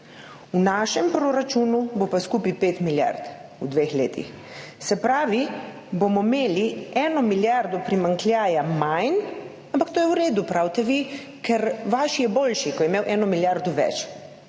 V našem proračunu bo pa skupaj 5 milijard v dveh letih. Se pravi, bomo imeli 1 milijardo primanjkljaja manj, ampak to je v redu, pravite vi, ker vaš je boljši, pa je imel 1 milijardo več.